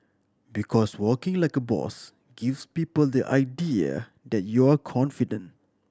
because walking like a boss gives people the idea that you are confident